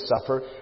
suffer